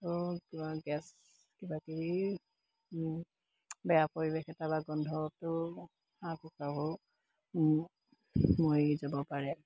কিবা গেছ কিবা কিবি বেয়া পৰিৱেশ এটা বা গোন্ধটো হাঁহ কুকাৰাবোৰ মৰি যাব পাৰে